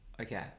okay